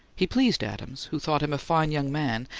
he pleased adams, who thought him a fine young man,